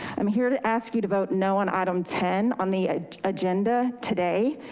i'm here to ask you to vote no on item ten on the agenda today,